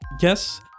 Yes